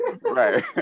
Right